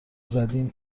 زدیم